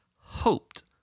hoped